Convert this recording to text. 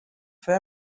fue